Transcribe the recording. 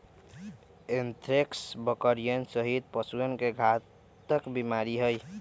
anthrax बकरियन सहित पशुअन के घातक बीमारी हई